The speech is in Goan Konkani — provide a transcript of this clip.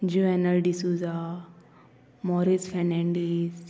ज्यूएना डिसुजा मॉरेज फॅनॅडीस